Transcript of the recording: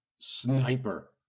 sniper